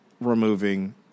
removing